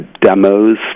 demos